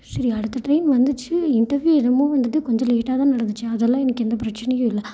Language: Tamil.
சரி அடுத்த ட்ரெயின் வந்துச்சு இண்டர்வியூ என்னமோ வந்துட்டு கொஞ்சம் லேட்டாக தான் நடந்துச்சு அதெல்லாம் எனக்கு எந்த பிரச்சனையும் இல்லை